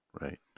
Right